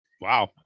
wow